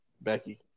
Becky